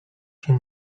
się